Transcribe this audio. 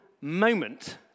moment